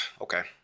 Okay